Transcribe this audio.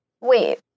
wait